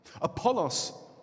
Apollos